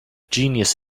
genius